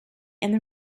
and